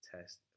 test